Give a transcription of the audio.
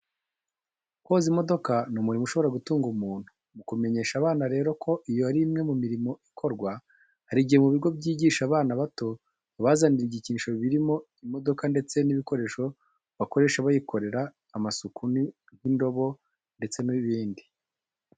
Koza imodoka ni umurimo ushobora gutunga umuntu. Mu kumenyesha abana rero ko iyo ari imwe mu mirimo ikorwa, hari igihe mu bigo byigisha abana bato babazanira ibikinisho birimo imodoka ndetse n'ibikoresho bakoresha bayikorera amasuku nk'indobo ndetse n'ibindi.